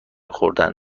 خوردن